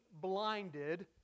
blinded